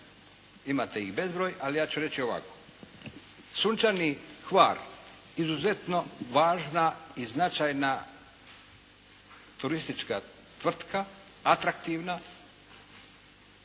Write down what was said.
imate ih bezbroj ali ja ću reći ovako. "Sunčani Hvar" izuzetno važna i značajna turistička tvrtka, atraktivna,